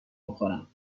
بخورم